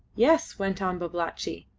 yes, went on babalatchi,